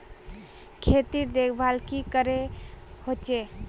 खेतीर देखभल की करे होचे?